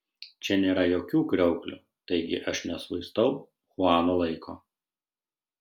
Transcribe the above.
čia nėra jokių kriauklių taigi aš nešvaistau chuano laiko